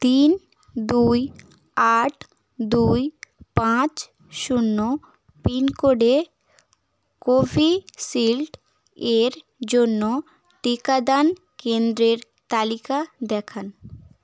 তিন দুই আট দুই পাঁচ শূন্য পিনকোডে কোভিশিল্ড এর জন্য টিকাদান কেন্দ্রের তালিকা দেখান